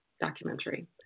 documentary